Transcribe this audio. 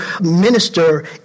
minister